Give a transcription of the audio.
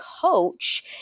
coach